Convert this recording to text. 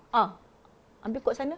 ah habis kau kat sana